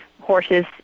horses